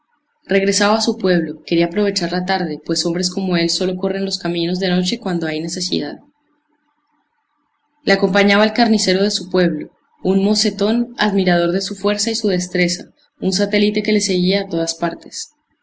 regresaba a su pueblo quería aprovechar la tarde pues hombres como él sólo corren los caminos de noche cuando hay necesidad le acompañaba el carnicero de su pueblo un mocetón admirador de su fuerza y su destreza un satélite que le seguía a todas partes